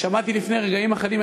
אני שמעתי לפני רגעים אחדים,